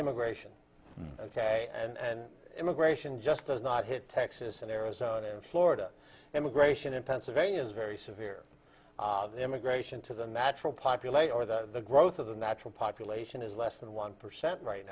immigration ok and immigration just does not hit texas and arizona and florida immigration in pennsylvania is very severe immigration to the natural populate or the growth of the natural population is less than one percent right